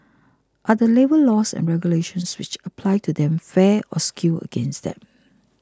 are the labour laws and regulations which apply to them fair or skewed against them